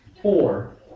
Four